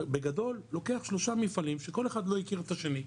בגדול לוקח שלושה מפעלים שכל אחד לא הכיר את השני,